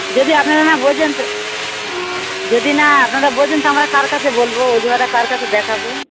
যদি আপনারা না বোঝেন তো যদি না আপনারা বোঝেন তো আমরা কার কাছে বলবো অজুহাতটা কার কাছে দেখাবো